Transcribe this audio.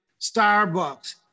Starbucks